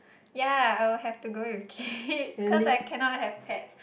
ya I will have to go with kids cause I cannot have pets